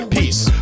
peace